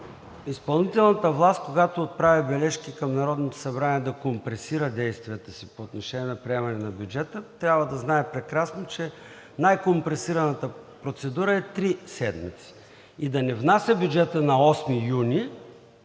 изпълнителната власт, когато отправя бележки към Народното събрание да компресира действията си по отношение на приемане на бюджета, трябва да знае прекрасно, че най-компресираната процедура е три седмици, и да не внася бюджета на 8 юни,